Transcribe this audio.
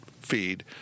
feed